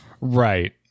Right